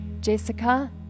Jessica